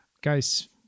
guys